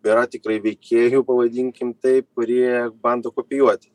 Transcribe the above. yra tikrai veikėjų pavadinkim taip kurie bando kopijuoti